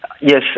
Yes